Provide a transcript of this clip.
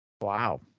Wow